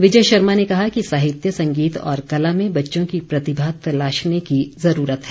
विजय शर्मा ने कहा कि साहित्य संगीत और कला में बच्चों की प्रतिमा तलाशने की जरूरत है